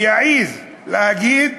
ויעז, להגיד: